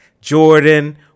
Jordan